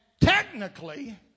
technically